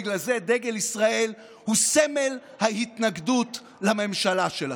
בגלל זה דגל ישראל הוא סמל ההתנגדות לממשלה שלכם.